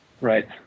right